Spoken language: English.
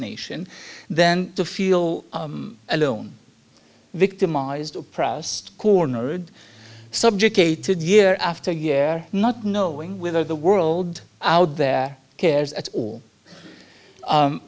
nation then to feel alone victimized oppressed cornered subjugated year after year not knowing whether the world out there cares at all